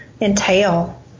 entail